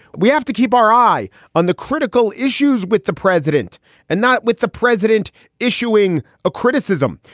we have to keep our eye on the critical issues with the president and not with the president issuing a criticism.